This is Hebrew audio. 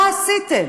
מה עשיתם?